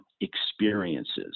experiences